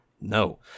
No